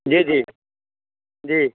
जी जी जी